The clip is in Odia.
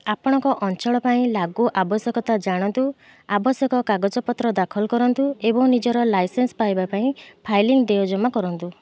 ଆପଣଙ୍କ ଅଞ୍ଚଳ ପାଇଁ ଲାଗୁ ଆବଶ୍ୟକତା ଜାଣନ୍ତୁ ଆବଶ୍ୟକ କାଗଜପତ୍ର ଦାଖଲ କରନ୍ତୁ ଏବଂ ନିଜର ଲାଇସେନ୍ସ ପାଇବା ପାଇଁ ଫାଇଲିଂ ଦେୟ ଜମା କରନ୍ତୁ